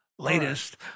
Latest